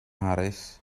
mharis